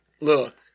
Look